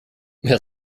wer